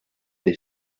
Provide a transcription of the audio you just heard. des